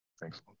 Thanks